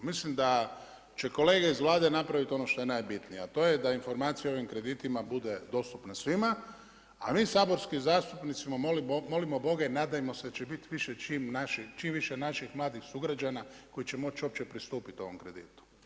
Mislim da će kolege iz Vlade napraviti ono što je najbitnije, a to je da informaciju ovim kreditima bude dostupna svima, a mi saborski zastupnici molimo Boga i nadajmo se da će biti čim više naših mladih sugrađana koji će moći uopće pristupit ovom kreditu.